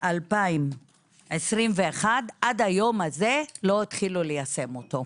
2021 ועד היום הזה לא התחילו ליישם אותו.